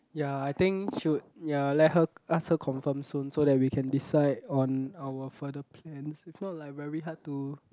ya I think should ya let her ask her confirm soon so that we can decide on our further plans if not like very hard to